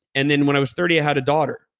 and then when i was thirty i had a daughter,